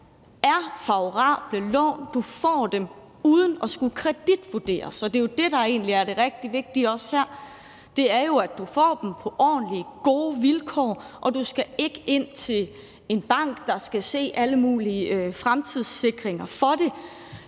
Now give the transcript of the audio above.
er favorable lån. Du får dem uden at skulle kreditvurderes, og det, der egentlig er det rigtig vigtige også her, er, at du får dem på ordentlige, gode vilkår, og du skal ikke ind til en bank, der skal se alle mulige fremtidssikringer for det.